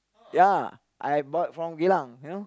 ya I bought from Geylang you know